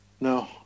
no